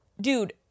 Dude